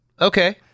Okay